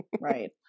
Right